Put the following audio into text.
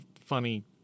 funny